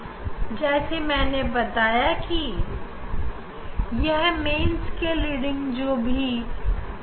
अब जैसा कि मैंने बताया कि हम रीडिंग को मेन स्केल और वर्नियर स्केल से लेंगे